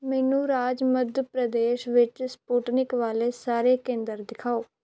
ਮੈਨੂੰ ਰਾਜ ਮੱਧ ਪ੍ਰਦੇਸ਼ ਵਿੱਚ ਸਪੁਟਨਿਕ ਵਾਲੇ ਸਾਰੇ ਕੇਂਦਰ ਦਿਖਾਓ